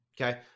Okay